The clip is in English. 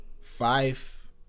five